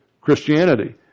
Christianity